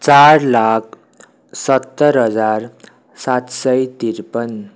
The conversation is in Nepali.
चार लाख सत्तर हजार सात सय त्रिपन्न